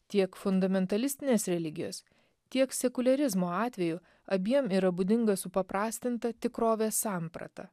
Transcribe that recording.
tiek fundamentalistinės religijos tiek sekuliarizmo atveju abiem yra būdinga supaprastinta tikrovės samprata